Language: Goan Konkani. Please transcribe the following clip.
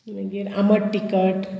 मागीर आमट टिकट